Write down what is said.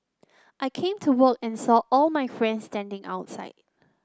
I came to work and saw all my friends standing outside